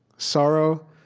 sorrow,